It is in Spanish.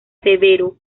severo